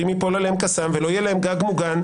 ואם ייפול עליהם קסאם ולא יהיה להם גג מוגן,